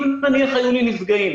אם נניח היו לי נפגעים,